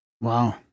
Wow